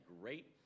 great